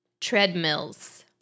treadmills